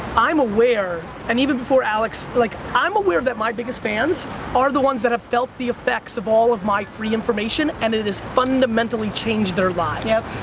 i'm aware, and even before alex, like, i'm aware that my biggest fans are the ones that have felt the effects of all of my free information, and it has fundamentally changed their lives. yup.